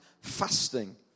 fasting